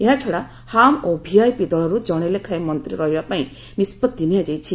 ଏହାଛଡା ହାମ୍ ଓ ଭିଆଇପି ଦଳରୁ ଜଣେ ଲେଖାଏଁ ମନ୍ତ୍ରୀ ରହିବା ପାଇଁ ନିଷ୍କତି ନିଆଯାଇଛି